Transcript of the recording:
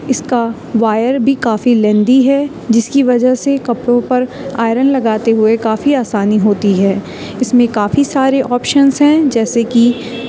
اس کا وائر بھی کافی لیندی ہے جس کی وجہ سے کپڑوں پر آئرن لگاتے ہوئے کافی آسانی ہوتی ہے اس میں کافی سارے آپشنز ہیں جیسے کہ